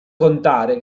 contare